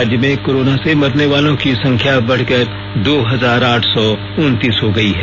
राज्य में कोरोना से मरने वालो की संख्या बढ़कर दो हजार आठ सौ उनतीस हो गई है